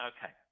Okay